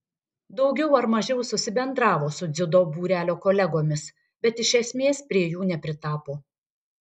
daugiau ar mažiau susibendravo su dziudo būrelio kolegomis bet iš esmės prie jų nepritapo